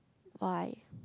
why